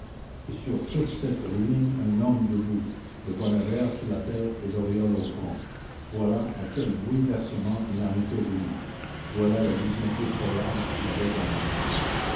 et sur toute cette ruine un homme debout le bonnet vert sur la tête et l'auréole au front voilà à quel bouleversement il en était venu voilà la vision effroyable qu'il avait dans l'âme